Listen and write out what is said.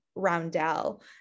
Roundel